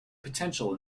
potential